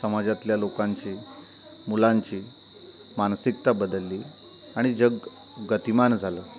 समाजातल्या लोकांची मुलांची मानसिकता बदलली आणि जग गतिमान झालं